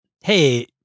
hey